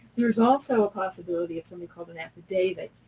there is also a possibility of something called an affidavit,